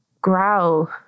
growl